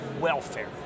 welfare